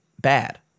bad